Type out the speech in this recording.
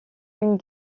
une